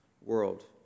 world